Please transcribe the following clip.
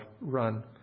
run